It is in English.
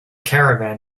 caravan